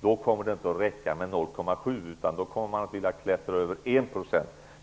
Då kommer det nog inte att räcka med 0,7 % i bistånd, utan det kommer att klättra över 1 %.